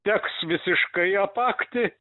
teks visiškai apakti